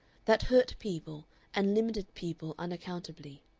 that hurt people and limited people unaccountably.